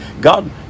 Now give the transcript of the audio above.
God